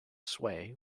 sway